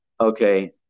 Okay